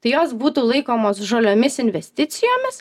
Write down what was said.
tai jos būtų laikomos žaliomis investicijomis